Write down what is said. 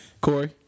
Corey